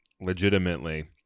legitimately